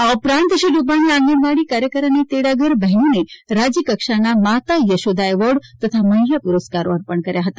આ ઉપરાંત શ્રી રૂપાણીએ આંગણવાડી કાર્યકર તથા તેડાગર બહેનોને રાજયકક્ષાના માતા યશોદા એવોર્ડ તથા મહિલા પૂરસ્કારો અર્પણ કર્યા હતા